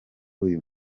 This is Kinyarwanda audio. uyu